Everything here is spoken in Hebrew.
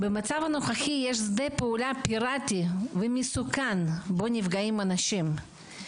במצב הנוכחי יש שדה פעולה פיראטי ומסוכן בו נפגעים אנשים.